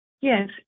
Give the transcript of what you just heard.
Yes